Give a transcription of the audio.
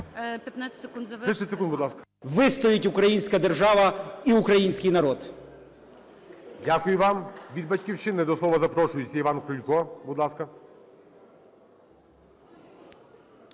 Вистоїть українська держава і український народ.